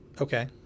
Okay